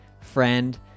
friend